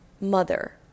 mother